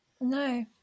no